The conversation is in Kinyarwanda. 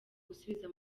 gusubiza